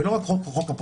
ולא רק חוק הפרטיות.